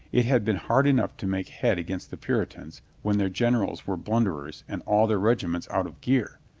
it had been hard enough to make head against the puritans when their gen erals were blunderers and all their regiments out of gear.